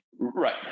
right